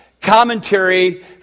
commentary